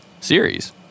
series